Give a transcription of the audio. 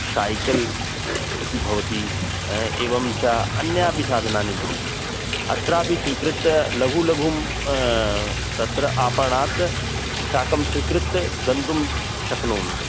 शैकल् इति भवति एवं च अन्यापि साधनानि भवन्ति अत्रापि स्वीकृत्य लघु लघु तत्र आपणात् शाकं स्वीकृत्य गन्तुं शक्नोमि